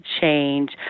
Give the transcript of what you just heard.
change